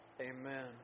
Amen